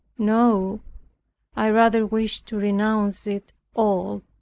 no i rather wish to renounce it all,